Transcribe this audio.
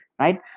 right